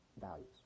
values